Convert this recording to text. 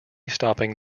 stopping